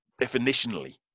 definitionally